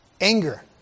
Anger